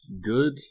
Good